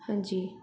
ਹਾਂਜੀ